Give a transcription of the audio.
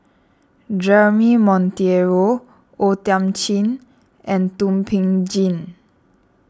Jeremy Monteiro O Thiam Chin and Thum Ping Tjin